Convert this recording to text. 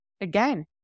again